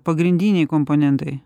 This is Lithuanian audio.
pagrindiniai komponentai